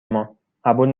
ما، قبول